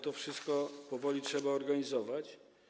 To wszystko powoli trzeba organizować.